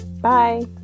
Bye